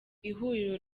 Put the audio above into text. ihuriro